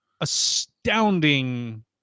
astounding